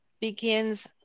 begins